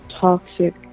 toxic